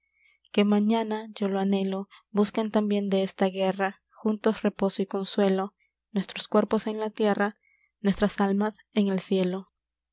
que mañana yo lo anhelo busquen tambien de esta guerra juntos reposo y consuelo nuestros cuerpos en la tierra nuestras almas en el cielo